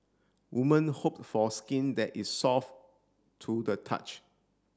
woman hope for skin that is soft to the touch